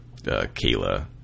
Kayla